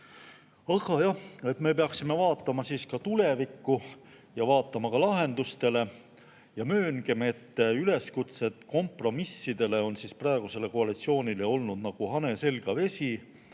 jah, me peaksime vaatama tulevikku ja vaatama ka lahendustele. Mööngem, et üleskutsed kompromissidele on praegusele koalitsioonile olnud nagu hane selga vesi.